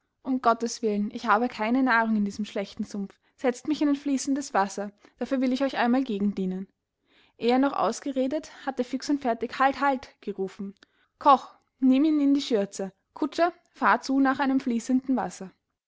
um gotteswillen ich habe keine nahrung in diesem schlechten sumpf setzt mich in ein fließendes wasser dafür will ich euch einmal gegendienen eh er noch ausgeredet hatte fix und fertig halt halt gerufen koch nimm ihn in die schürze kutscher fahr zu nach einem fließenden wasser